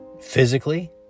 physically